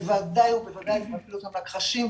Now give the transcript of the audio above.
זה בוודאי מפיל אותם לקרשים,